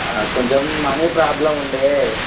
కొంచెం money problem ఉంది